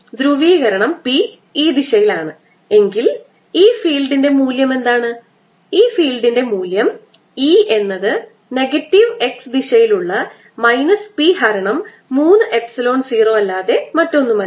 ധ്രുവീകരണം P ഈ ദിശയിലാണ് എങ്കിൽ ഈ ഫീൽഡിന്റെ മൂല്യം എന്താണ് ഈ ഫീൽഡിന്റെ മൂല്യം E എന്നത് നെഗറ്റീവ് x ദിശയിൽ ഉള്ള മൈനസ് P ഹരണം 3 എപ്സിലോൺ 0 അല്ലാതെ മറ്റൊന്നുമല്ല